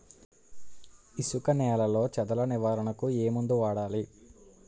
ఇసుక నేలలో చదల నివారణకు ఏ మందు వాడాలి?